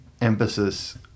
emphasis